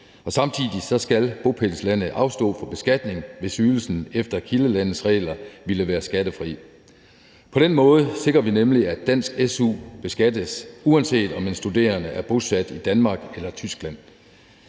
Samtidig skal bopælslandet afstå fra beskatning, hvis ydelsen efter kildelandets regler ville være skattefri. På den måde sikrer vi nemlig, at dansk su beskattes, uanset om en studerende er bosat i Danmark eller Tyskland.